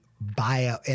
bio